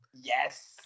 Yes